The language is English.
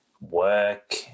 work